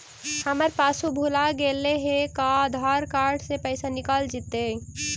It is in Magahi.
हमर पासबुक भुला गेले हे का आधार कार्ड से पैसा निकल जितै?